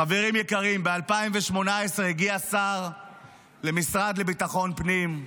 חברים יקרים, ב-2018 הגיע שר למשרד לביטחון פנים,